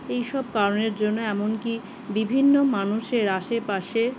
এই সব কারণের জন্য এমনকি বিভিন্ন মানুষের আশেপাশে